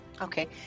Okay